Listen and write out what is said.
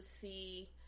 see